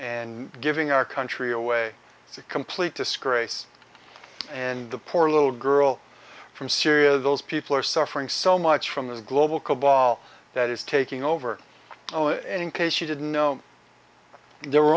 and giving our country away it's a complete disgrace and the poor little girl from syria those people are suffering so much from the global cobol that is taking over now and in case you didn't know there were